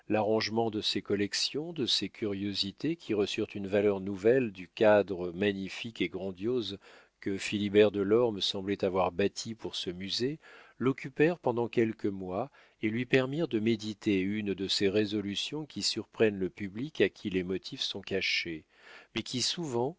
l'arrangement de ses collections de ses curiosités qui reçurent une valeur nouvelle du cadre magnifique et grandiose que philibert de lorme semblait avoir bâti pour ce musée l'occupèrent pendant quelques mois et lui permirent de méditer une de ces résolutions qui surprennent le public à qui les motifs sont cachés mais qui souvent